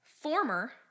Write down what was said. former